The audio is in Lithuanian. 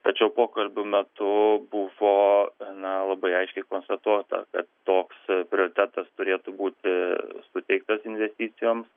tačiau pokalbių metu buvo gana labai aiškiai konstatuota kad toks prioritetas turėtų būti suteiktas investicijom